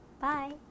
Bye